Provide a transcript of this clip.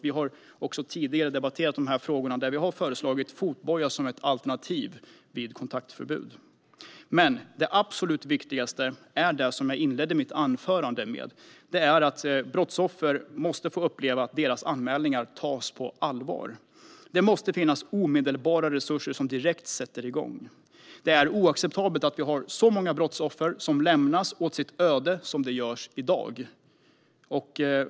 I tidigare debatter har vi föreslagit fotboja som ett alternativ vid kontaktförbud. Men det absolut viktigaste är det jag inledde mitt anförande med, nämligen att brottsoffer måste få uppleva att deras anmälningar tas på allvar. Det måste finnas omedelbara resurser som direkt sätter igång. Det är oacceptabelt att det finns så många brottsoffer som lämnas åt sitt öde som sker i dag.